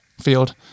field